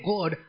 God